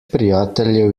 prijateljev